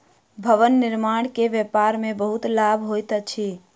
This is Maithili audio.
भवन निर्माण के व्यापार में बहुत लाभ होइत अछि